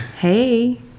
Hey